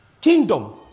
kingdom